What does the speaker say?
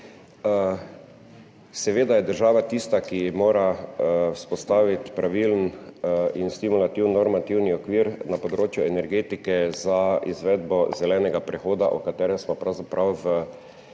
Seveda je država tista, ki mora vzpostaviti pravilen in stimulativen normativni okvir na področju energetike za izvedbo zelenega prehoda, ki smo mu pravzaprav v